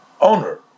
owner